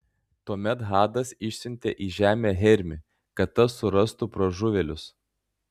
tuomet hadas išsiuntė į žemę hermį kad tas surastų pražuvėlius